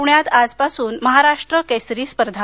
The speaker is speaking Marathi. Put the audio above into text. पूण्यात आजपासून महाराष्ट्र केसरी स्पर्धा